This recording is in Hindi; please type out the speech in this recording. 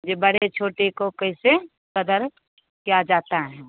जो बड़े छोटे को कैसे क़दर किया जाता है